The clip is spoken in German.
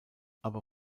aber